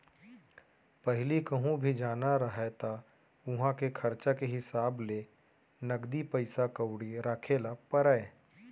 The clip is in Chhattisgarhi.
पहिली कहूँ भी जाना रहय त उहॉं के खरचा के हिसाब ले नगदी पइसा कउड़ी राखे ल परय